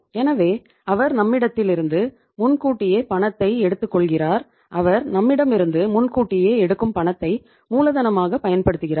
எனவே அவர் நம்மிடமிருந்து முன்கூட்டியே பணத்தை எடுத்துக்கொள்கிறார் அவர் நம்மிடமிருந்து முன்கூட்டியே எடுக்கும் பணத்தை மூலதனமாக பயன்படுத்துகிறார்